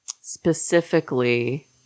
specifically